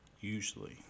Usually